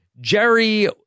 Jerry